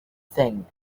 thing